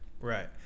right